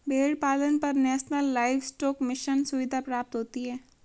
भेड़ पालन पर नेशनल लाइवस्टोक मिशन सुविधा प्राप्त होती है